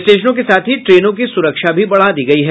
स्टेशनों के साथ ही ट्रेनों की सुरक्षा भी बढ़ा दी गयी है